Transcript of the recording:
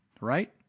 right